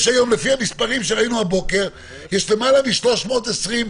יש היום, לפי המספרים שראינו הבוקר, למעלה מ-320,